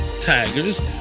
Tigers